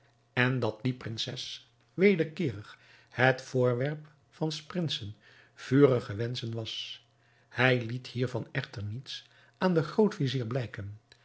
en dat die prinses wederkeerig het voorwerp van s prinsen vurige wenschen was hij liet hiervan echter niets aan den groot-vizier blijken